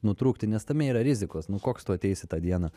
nutrūkti nes tame yra rizikos nu koks tu ateisi tą dieną